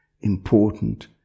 important